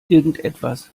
irgendetwas